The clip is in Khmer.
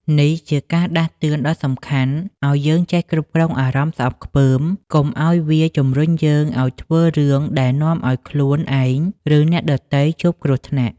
នេះជាការដាស់តឿនដ៏សំខាន់ឲ្យយើងចេះគ្រប់គ្រងអារម្មណ៍ស្អប់ខ្ពើម កុំឲ្យវាជំរុញយើងឲ្យធ្វើរឿងដែលនាំឲ្យខ្លួនឯង ឬអ្នកដទៃជួបគ្រោះថ្នាក់។